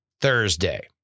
Thursday